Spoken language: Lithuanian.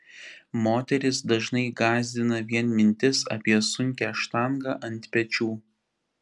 moteris dažnai gąsdina vien mintis apie sunkią štangą ant pečių